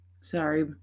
Sorry